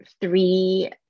three